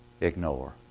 ignore